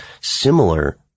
similar